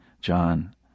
John